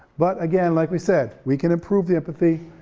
but again, like we said, we can improve the empathy,